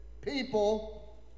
People